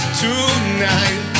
tonight